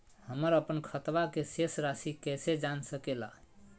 हमर अपन खाता के शेष रासि कैसे जान सके ला?